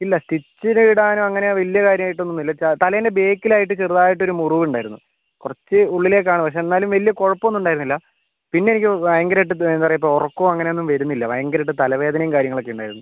ഇല്ല സ്റ്റിച്ചിന് ഇടാൻ അങ്ങനെ വലിയ കാര്യമായിട്ടൊന്നുമില്ല തലേൻ്റെ ബേക്കിലായിട്ട് ചെറുതായിട്ടൊരു മുറിവുണ്ടായിരുന്നു കുറച്ചു ഉള്ളിലേക്കാണ് പക്ഷേ എന്നാലും വലിയ കുഴപ്പമൊന്നുമുണ്ടായിരുന്നില്ല പിന്നെ എനിക്ക് ഭയങ്കരമായിട്ട് എന്താണ് പറയുക ഇപ്പോൾ ഉറക്കവും അങ്ങനെയൊന്നും വരുന്നില്ല ഭയങ്കരമായിട്ട് തലവേദനയും കാര്യങ്ങളൊക്കെ ഉണ്ടായിരുന്നു